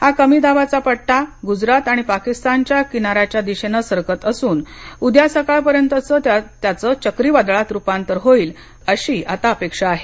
हा कमी दाबाचा पट्टा गुजरात आणि पाकिस्तानच्या किनाऱ्याच्या दिशेनं सरकत असून उद्या सकाळपर्यंतचं त्याचं चक्रीवादळात रुपांतर होईल अशी आता अपेक्षा आहे